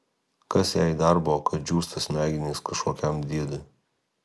kas jai darbo kad džiūsta smegenys kažkokiam diedui